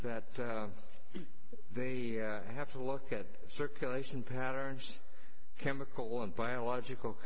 that they have to look at circulation patterns chemical and biological